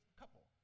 couple